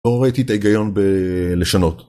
לא ראיתי את ההיגיון בלשנות